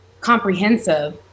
comprehensive